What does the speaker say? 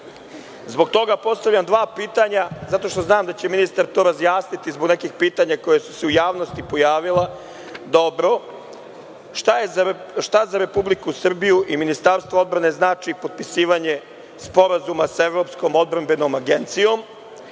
Zbog toga postavljam dva pitanja, zato što znam da će ministar to razjasniti, zbog nekih pitanja koja su se u javnosti pojavila. Šta za Republiku Srbiju i Ministarstvo odbrane znači potpisivanje sporazuma sa Evropskom odbrambenom agencijom?